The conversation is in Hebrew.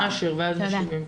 קודם עם אשר ואז המשיבים,